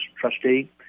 trustee